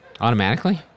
automatically